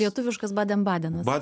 lietuviškas badenbadenas